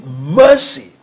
mercy